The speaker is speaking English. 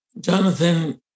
Jonathan